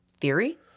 theory